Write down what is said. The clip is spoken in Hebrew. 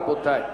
רבותי.